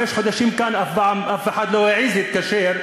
חמישה חודשים כאן אף אחד לא העז להתקשר,